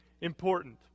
important